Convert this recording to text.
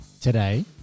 Today